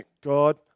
God